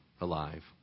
alive